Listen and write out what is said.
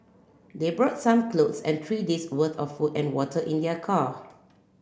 they brought some clothes and three days worth of food and water in their car